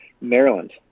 Maryland